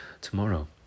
tomorrow